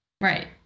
Right